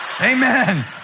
Amen